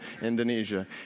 Indonesia